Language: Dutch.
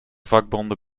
vakbonden